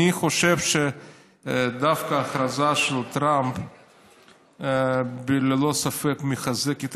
אני חושב שדווקא ההכרזה של טראמפ ללא ספק מחזקת